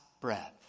breath